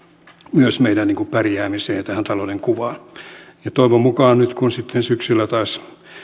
myös meidän pärjäämiseen ja tähän talouden kuvaan toivon mukaan nyt kun sitten syksyllä taas